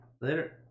Later